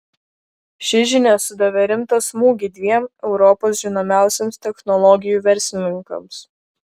ši žinia sudavė rimtą smūgį dviem europos žinomiausiems technologijų verslininkams